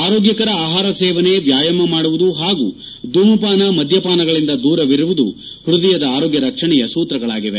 ಆರೋಗ್ಕಕರ ಆಹಾರ ಸೇವನೆ ವ್ಕಾಯಾಮ ಮಾಡುವುದು ಹಾಗೂ ಧೂಮಪಾನ ಮದ್ದಪಾನಗಳಿಂದ ದೂರವಿರುವುದು ಪೃದಯದ ಆರೋಗ್ಯ ರಕ್ಷಣೆಯ ಸೂತ್ರಗಳಾಗಿವೆ